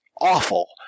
awful